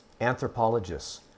anthropologists